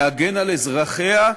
להגן על אזרחיה,